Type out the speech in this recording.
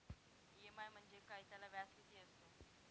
EMI म्हणजे काय? त्याला व्याज किती असतो?